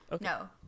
no